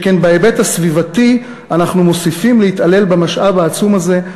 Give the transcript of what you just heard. שכן בהיבט הסביבתי אנחנו מוסיפים להתעלל במשאב העצום הזה,